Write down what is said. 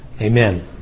Amen